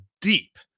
deep